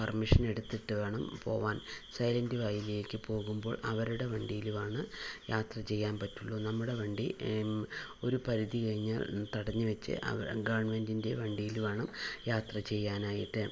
permission എടുത്തിട്ട് വേണം പോകാൻ സൈലന്റ് വാലിയിലേക്ക് പോകുമ്പോൾ അവരുടെ വണ്ടിയിലുമാണ് യാത്ര ചെയ്യാൻ പറ്റുള്ളൂ നമ്മുടെ വണ്ടി ഒരു പരിധി കഴിഞ്ഞാൽ തടഞ്ഞു വെച്ച് അവ ഗവൺമെന്റിൻ്റെ വണ്ടിയിൽ വേണം യാത്ര ചെയ്യാനായിട്ട്